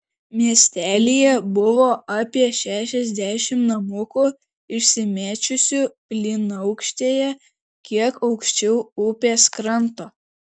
miestelyje buvo apie šešiasdešimt namukų išsimėčiusių plynaukštėje kiek aukščiau upės kranto